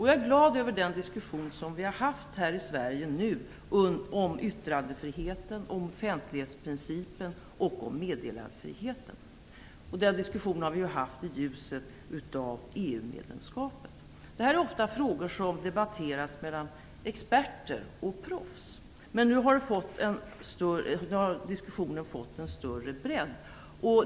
Jag är glad över den diskussion som vi nu har haft här i Sverige om yttrandefriheten, offentlighetsprincipen och meddelarfriheten. Den diskussionen har vi fört i ljuset av EU-medlemskapet. Detta är frågor som ofta debatteras av experter. Nu har diskussionen fått en större bredd.